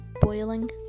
Boiling